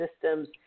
systems